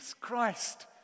Christ